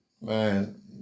Man